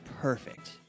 Perfect